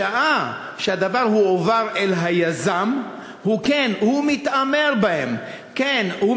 משעה שהדבר הועבר אל היזם, הוא מתעמר בהם.